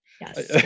Yes